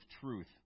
truth